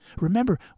Remember